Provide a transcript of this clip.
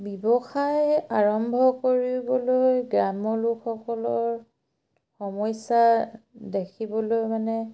ব্যৱসায় আৰম্ভ কৰিবলৈ গ্ৰাম্য লোকসকলৰ সমস্যা দেখিবলৈ মানে